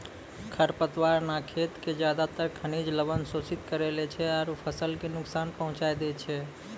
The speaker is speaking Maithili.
खर पतवार न खेत के ज्यादातर खनिज लवण शोषित करी लै छै आरो फसल कॅ नुकसान पहुँचाय दै छै